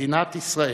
מדינת ישראל.